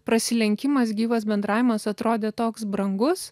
prasilenkimas gyvas bendravimas atrodė toks brangus